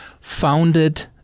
founded